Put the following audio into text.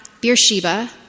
Beersheba